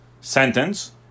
sentence